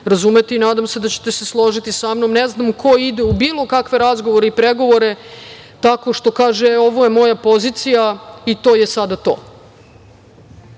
razumeti i nadam se da ćete se složiti sa mnom. Ne znam ko ide u bilo kakve razgovore i pregovore tako što kaže - ovo je moja pozicija i to je sada to.